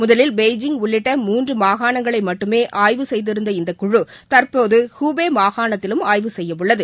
முதலில் பெய்ஜிங் உள்ளிட்ட மூன்று மாகாணங்களை மட்டுமே ஆய்வு செய்திருநத இந்த குழு தற்போது ஹுபே மாகாணத்திலும் ஆய்வு செய்யவுள்ளது